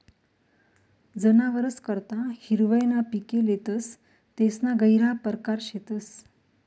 जनावरस करता हिरवय ना पिके लेतस तेसना गहिरा परकार शेतस